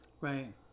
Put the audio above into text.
right